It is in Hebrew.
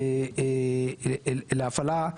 להפעלה,